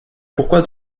pourquoi